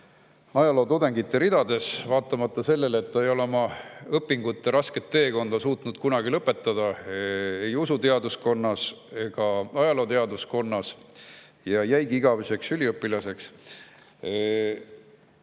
ajalootudengite ridades. Vaatamata sellele, et ta ei ole oma õpingute rasket teekonda suutnud kunagi lõpetada ei usuteaduskonnas ega ajalooteaduskonnas ja on jäänudki igaveseks üliõpilaseks,